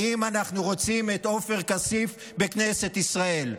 האם אנחנו רוצים את עופר כסיף בכנסת ישראל.